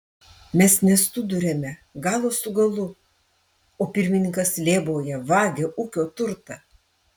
mes nesuduriame galo su galu o pirmininkas lėbauja vagia ūkio turtą